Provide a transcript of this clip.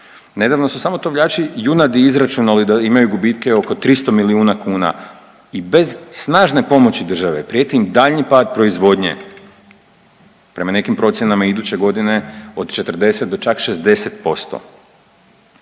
Nedavno su samo tovljači junadi izračunali da imaju gubitke oko 300 milijuna kuna i bez snažne pomoći države, prijeti im daljnji pad proizvodnje. Prema nekim procjenama iduće godine od 40 do čak 60%.